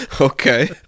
Okay